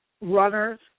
runners